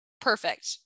Perfect